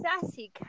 sassy